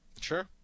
Sure